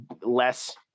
less